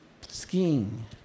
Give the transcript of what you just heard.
skiing